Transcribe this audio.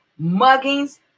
muggings